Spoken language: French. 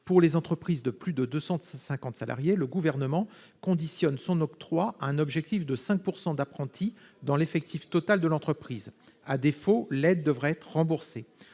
pour les entreprises de plus de 250 salariés, le Gouvernement conditionnerait son octroi à un objectif de 5 % d'apprentis dans l'effectif total de l'entreprise. À défaut, l'aide devrait être remboursée.